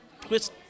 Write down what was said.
twist